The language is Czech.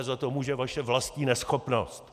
Za to může vaše vlastní neschopnost.